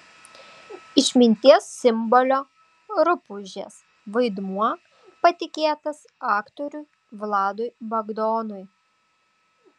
išminties simbolio rupūžės vaidmuo patikėtas aktoriui vladui bagdonui